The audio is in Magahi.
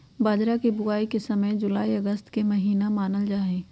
बाजरा के बुवाई के समय जुलाई अगस्त के महीना मानल जाहई